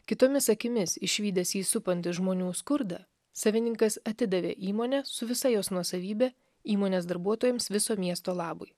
kitomis akimis išvydęs jį supantį žmonių skurdą savininkas atidavė įmonę su visa jos nuosavybe įmonės darbuotojams viso miesto labui